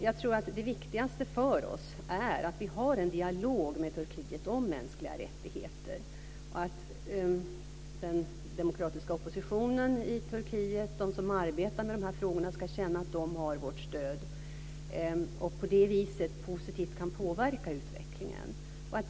Jag tror att det viktigaste för oss är att vi har en dialog med Turkiet om mänskliga rättigheter och att den demokratiska oppositionen i Turkiet som arbetar med de här frågorna ska känna att de har vårt stöd, så att vi på det viset positivt kan påverka utvecklingen.